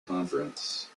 conference